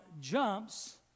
jumps